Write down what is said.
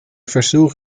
versuch